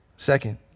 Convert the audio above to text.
Second